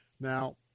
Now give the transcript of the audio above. Now